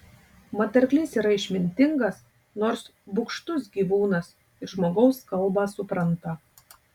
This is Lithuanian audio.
mat arklys yra išmintingas nors bugštus gyvūnas ir žmogaus kalbą supranta